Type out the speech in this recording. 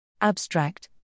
Abstract